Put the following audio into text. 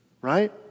right